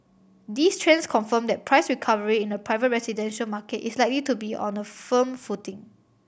these trends confirm that price recovery in the private residential market is likely to be on a firm footing